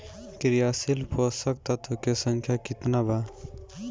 क्रियाशील पोषक तत्व के संख्या कितना बा?